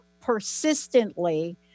persistently